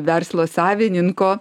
verslo savininko